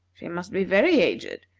she must be very aged,